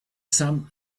some